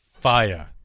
fire